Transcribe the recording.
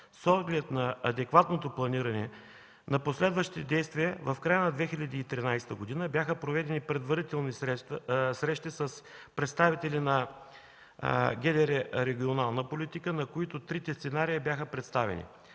С оглед на адекватното планиране на последващи действия в края на 2013 г. бяха проведени предварителни срещи с представители на ГД „Регионална политика”, на които трите сценария бяха представени.